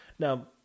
Now